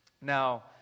Now